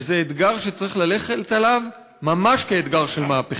וזה אתגר שצריך ללכת עליו ממש כאתגר של מהפכה.